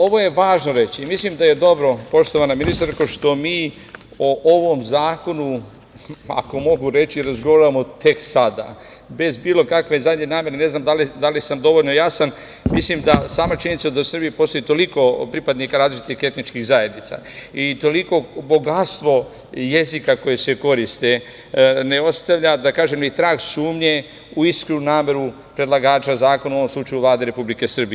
Ovo je važno reći, mislim da je dobro, poštovana ministarko, što mi o ovom zakonu, ako mogu reći, razgovaramo tek sada, bez bilo kakve zadnje namere, ne znam da li sam dovoljno jasan, mislim da sama činjenica da u Srbiji postoji toliko pripadnika različitih etničkih zajednica i toliko bogatstvo jezika koji se koriste, ne ostavlja, da kažem, ni trag sumnje u iskrenu nameru predlagača zakona, u ovom slučaju Vlade Republike Srbije.